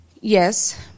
Yes